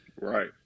Right